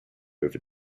over